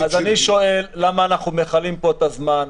אני שואל למה אנחנו מכלים פה את הזמן?